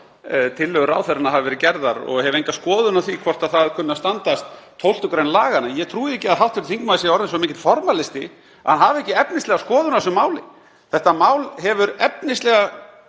tillögur ráðherranna hafa verið gerðar og hef enga skoðun á því hvort það kunni að standast 12. gr. laganna. En ég trúi ekki að hv. þingmaður sé orðinn svo mikill formalisti að hann hafi ekki efnislega skoðun á þessu máli. Þetta mál hefur efnislega